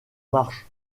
marche